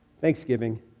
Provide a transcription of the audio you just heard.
thanksgiving